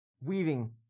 weaving